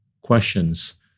questions